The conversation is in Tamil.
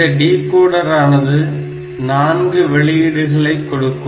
இந்த டிகோடரானது நான்கு வெளியீடுகளை கொடுக்கும்